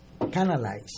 canalize